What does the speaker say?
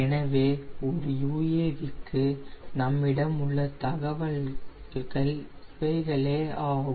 எனவே ஒரு UAV க்கு நம்மிடம் உள்ள தகவல்கள் இவைகளே ஆகும்